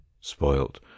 spoilt